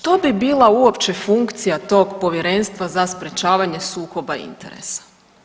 Što bi bila uopće funkcija tog Povjerenstva za sprječavanje sukoba interesa?